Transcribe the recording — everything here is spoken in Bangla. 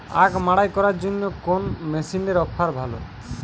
আখ মাড়াই করার জন্য কোন মেশিনের অফার ভালো?